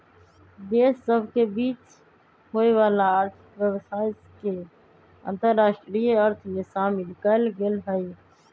देश सभ के बीच होय वला आर्थिक व्यवसाय के अंतरराष्ट्रीय अर्थ में शामिल कएल गेल हइ